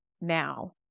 now